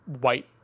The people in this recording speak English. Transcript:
white